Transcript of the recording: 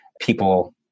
people